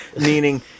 meaning